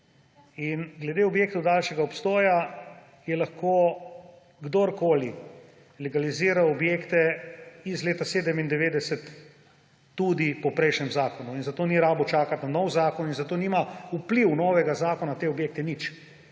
In glede objektov daljšega obstoja je lahko kdorkoli legaliziral objekte iz leta 1997 tudi po prejšnjem zakonu. In za to mu ni bilo treba čakati na nov zakon in zato nima vpliv novega zakona na te objekte nič.